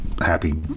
happy